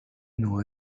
know